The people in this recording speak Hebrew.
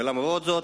ולמרות זאת,